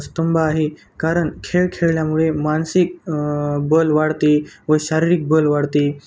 स्तंभ आहे कारण खेळ खेळल्यामुळे मानसिक बल वाढते व शारीरिक बल वाढते